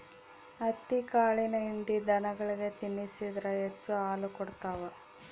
ಹತ್ತಿಕಾಳಿನ ಹಿಂಡಿ ದನಗಳಿಗೆ ತಿನ್ನಿಸಿದ್ರ ಹೆಚ್ಚು ಹಾಲು ಕೊಡ್ತಾವ